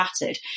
battered